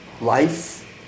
life